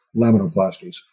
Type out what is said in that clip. laminoplasties